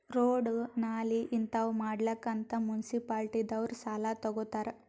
road, ನಾಲಿ ಹಿಂತಾವ್ ಮಾಡ್ಲಕ್ ಅಂತ್ ಮುನ್ಸಿಪಾಲಿಟಿದವ್ರು ಸಾಲಾ ತಗೊತ್ತಾರ್